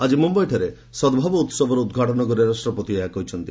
ଆକି ମୁମ୍ୟାଇଠାରେ ସଭାବ ଉତ୍ସବର ଉଦ୍ଘାଟନ କରି ରାଷ୍ଟ୍ରପତି ଏହା କହିଛନ୍ତି